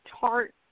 tart